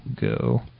go